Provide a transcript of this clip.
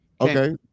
Okay